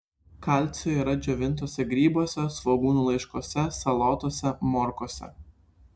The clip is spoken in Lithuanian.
kalcio yra džiovintuose grybuose svogūnų laiškuose salotose morkose